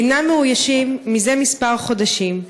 אינם מאוישים זה חודשים מספר,